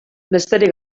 besterik